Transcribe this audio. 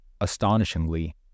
Astonishingly